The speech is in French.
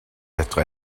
être